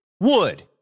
Wood